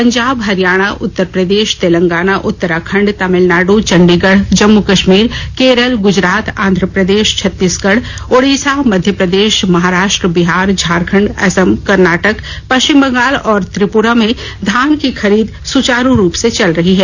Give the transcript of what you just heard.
पंजाब हरियाणा उत्तर प्रदेश तेलंगाना उत्तराखंड तमिलनाड चंडीगढ जम्मू कश्मीर केरल ग्जरात आंध्र प्रदेश छत्तीसगढ़ ओडिसा मध्य प्रदेश महाराष्ट्र बिहार झारखंड असम कर्नाटक पश्चिम बंगाल और त्रिप्रा में धान की खरीद सुचारू रूप से चल रही है